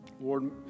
Lord